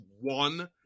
one